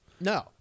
No